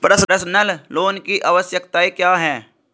Personal loan की आवश्यकताएं क्या हैं?